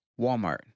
Walmart